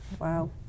wow